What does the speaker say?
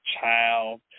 child